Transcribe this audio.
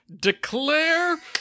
declare